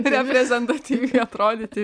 reprezentatyviai atrodyti